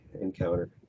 encounter